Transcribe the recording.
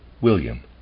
William